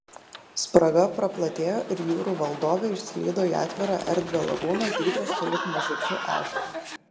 spraga praplatėjo ir jūrų valdovė išslydo į atvirą erdvią lagūną dydžio sulig mažučiu ežeru